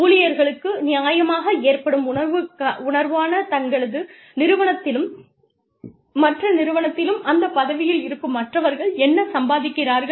ஊழியர்களுக்கு நியாயமாக ஏற்படும் உணர்வான தங்கள் நிறுவனத்திலும் மற்ற நிறுவனத்திலும் அந்த பதவியில் இருக்கும் மற்றவர்கள் என்ன சம்பாதிக்கிறார்கள்